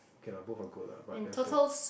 okay lah both are good lah but there's the